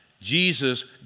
Jesus